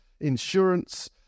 insurance